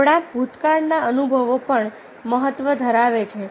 આપણા ભૂતકાળના અનુભવો પણ મહત્વ ધરાવે છે